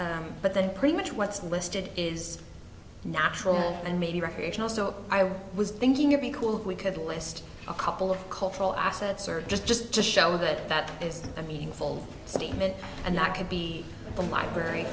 assets but that pretty much what's listed is natural and maybe recreational so i was thinking of be cool if we could list a couple of cultural assets or just just to show that that is a meaningful statement and that could be the library